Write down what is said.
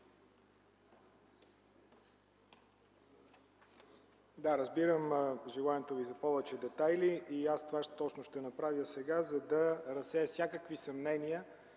разбирам желанието Ви за повече детайли. Точно това ще направя сега, за да разсея всякакви съмнения,